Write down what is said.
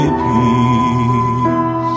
peace